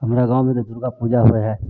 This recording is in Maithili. हमरा गाँवमे तऽ दुर्गापूजा होइ हइ